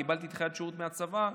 קיבלתי דחיית שירות מהצבא,